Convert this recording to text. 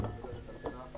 מוועדת הכלכלה,